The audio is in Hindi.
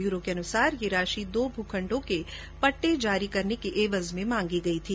ब्यूरो के अनुसार ये राशि दो भू खण्डों के पट्टे जारी करने की ऐवज में मांगी गयी थी